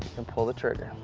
can pull the trigger.